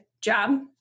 job